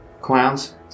clowns